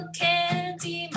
candy